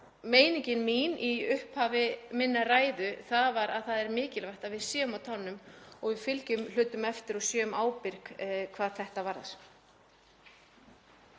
meiningin í upphafi minnar ræðu að það væri mikilvægt að við séum á tánum og fylgjum hlutum eftir og séum ábyrg hvað þetta varðar.